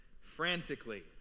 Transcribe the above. frantically